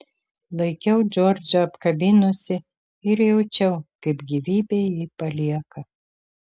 laikiau džordžą apkabinusi ir jaučiau kaip gyvybė jį palieka